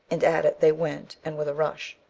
and at it they went, and with a rush.